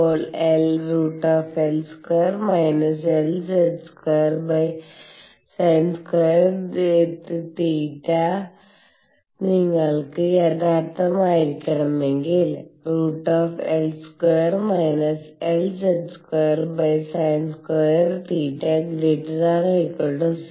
ഇപ്പോൾ L2 LZ2sin2 നിങ്ങൾക്ക് യഥാർത്ഥമായിരിക്കണമെങ്കിൽ L2 LZ2sin20